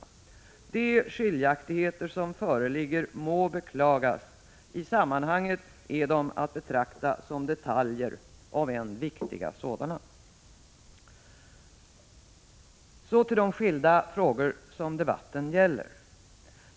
De skiljaktigheter som föreligger må beklagas; i sammanhanget är de att betrakta som detaljer, om än viktiga sådana.” Så till de skilda frågor som debatten gäller.